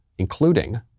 including